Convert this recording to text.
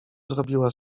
zrobiła